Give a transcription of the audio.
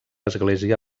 església